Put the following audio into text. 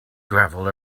gravel